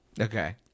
Okay